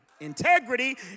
integrity